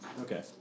Okay